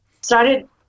started